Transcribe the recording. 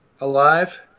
Alive